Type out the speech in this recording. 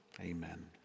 Amen